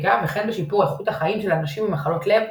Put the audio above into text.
גב וכן בשיפור איכות החיים של אנשים עם מחלות לב,